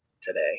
today